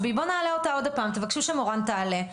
תבקשו שמורן תעלה.